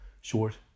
Short